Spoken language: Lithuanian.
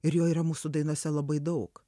ir jo yra mūsų dainose labai daug